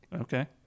Okay